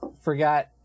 forgot